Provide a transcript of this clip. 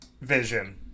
vision